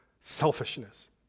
selfishness